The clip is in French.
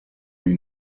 lui